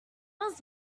was